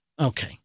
Okay